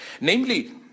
Namely